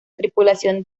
tripulación